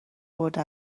برده